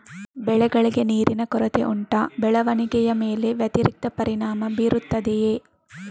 ಬೆಳೆಗಳಿಗೆ ನೀರಿನ ಕೊರತೆ ಉಂಟಾ ಬೆಳವಣಿಗೆಯ ಮೇಲೆ ವ್ಯತಿರಿಕ್ತ ಪರಿಣಾಮಬೀರುತ್ತದೆಯೇ?